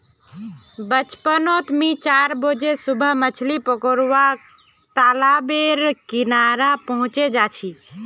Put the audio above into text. बचपन नोत मि चार बजे सुबह मछली पकरुवा तालाब बेर किनारे पहुचे जा छी